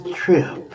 trip